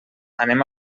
anem